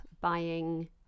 buying